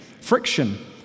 friction